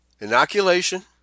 inoculation